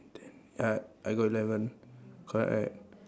ten uh I got eleven correct right